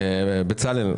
בצלאל,